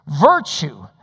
virtue